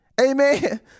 Amen